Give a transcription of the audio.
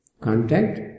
Contact